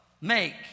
make